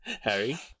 harry